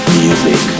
music